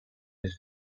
his